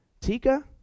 Tika